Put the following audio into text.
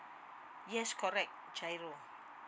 yes correct G_I_R_O